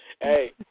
hey